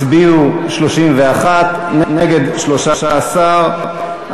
התשע"ג 2013,